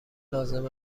لازم